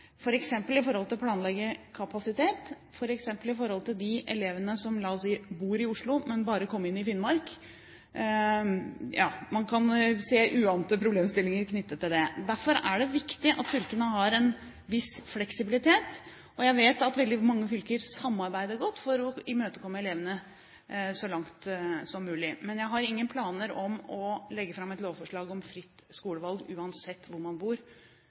å planlegge kapasitet, og f.eks. i forhold til de elevene som, la oss si, bor i Oslo, men som bare kommer inn i Finnmark. Man kan se uante problemstillinger knyttet til det. Derfor er det viktig at fylkene har en viss fleksibilitet. Jeg vet at veldig mange fylker samarbeider godt for å imøtekomme elevene så langt som mulig. Men jeg har ingen planer om å legge fram et lovforslag om fritt skolevalg uansett hvor man bor,